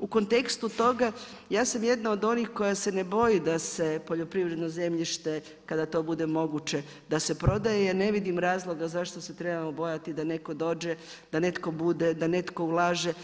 U kontekstu toga, ja sam jedna od onih koja se ne boji da se poljoprivredno zemljište kada to bude moguće da se prodaje, jer ne vidim razloga zašto se trebamo bojati da netko dođe, da netko bude, da netko ulaže,